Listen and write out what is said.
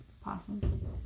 possum